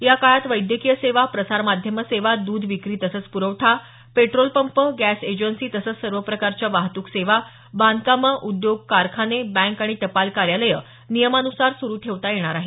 या काळात वैद्यकीय सेवा प्रसारमाध्यमं सेवा द्ध व्रिक्री तसंच प्रखठा पेट्रोल पंप गॅस एजन्सी तसंच सर्व प्रकारच्या वाहतूक सेवा बांधकामं उद्योग कारखाने बँक आणि टपाल कार्यालयं नियमान्सार सुरू ठेवता येणार आहे